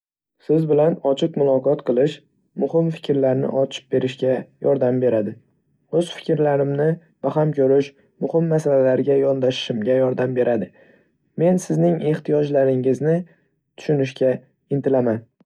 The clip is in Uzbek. Siz bilan ochiq muloqot qilish, muhim fikrlarni ochib berishga yordam beradi. O'z fikrlarimni baham ko'rish, muhim masalalarga yondashishimga yordam beradi. Men sizning ehtiyojlaringizni tushunishga intilaman.